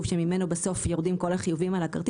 שממנו בסוף יורדים כל החיובים על הכרטיס,